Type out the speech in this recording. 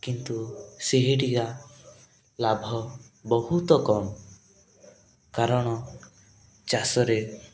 କିନ୍ତୁ ସେହିଟିକା ଲାଭ ବହୁତ କମ୍ କାରଣ ଚାଷରେ